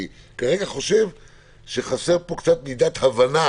אבל כרגע אני חושב שחסרה פה מידת הבנה